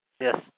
Yes